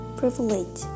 privilege